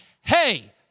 hey